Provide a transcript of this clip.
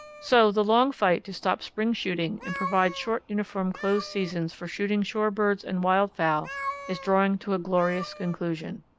so the long fight to stop spring shooting and provide short uniform closed seasons for shooting shore birds and wild fowl is drawing to a glorious conclusion.